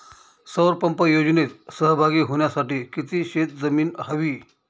सौर पंप योजनेत सहभागी होण्यासाठी किती शेत जमीन हवी?